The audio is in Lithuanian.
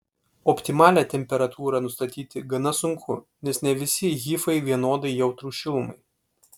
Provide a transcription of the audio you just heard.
optimalią temperatūrą nustatyti gana sunku nes ne visi hifai vienodai jautrūs šilumai